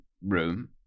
room